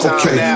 Okay